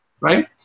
right